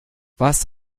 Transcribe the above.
was